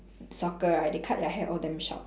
soccer right they cut their hair all damn short